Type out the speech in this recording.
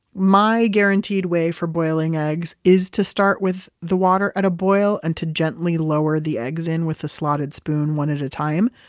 my guaranteed way for boiling eggs is to start with the water at a boil and to gently lower the eggs in with a slotted spoon one at a time.